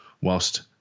whilst